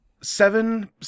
seven